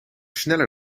sneller